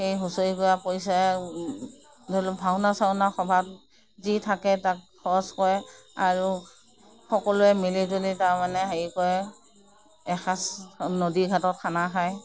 সেই হুঁচৰি গোৱা পইচায়ে ধৰি লওঁক ভাওনা চাওনা সভাত যি থাকে তাত খৰচ কৰে আৰু সকলোৱে মিলিজুলি তাৰমানে হেৰি কৰে এসাঁজ নদী ঘাটত খানা খায়